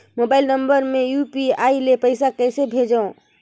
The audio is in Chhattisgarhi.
मोबाइल नम्बर मे यू.पी.आई ले पइसा कइसे भेजवं?